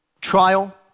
trial